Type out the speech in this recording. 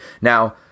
Now